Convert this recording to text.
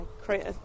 create